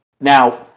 Now